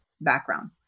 background